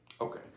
Okay